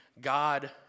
God